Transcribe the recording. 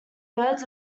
birds